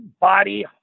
Body